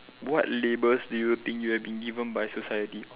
what labels do you think you have been given by society